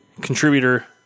contributor